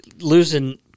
Losing